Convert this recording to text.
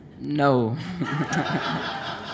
no